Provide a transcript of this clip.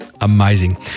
Amazing